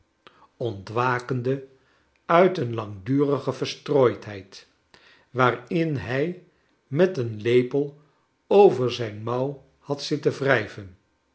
ontwakende uit een langdurige verstrooidheid waarin hij met een lepel over zijn mouw had zitten wrijven